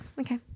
okay